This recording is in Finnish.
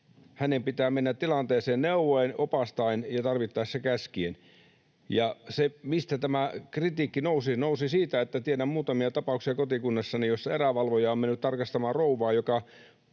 hänen pitää mennä tilanteeseen neuvoen, opastaen ja tarvittaessa käskien. Se, mistä tämä kritiikki nousi, nousi siitä, että tiedän muutamia tapauksia kotikunnassani, jossa erävalvoja on mennyt tarkastamaan rouvaa, joka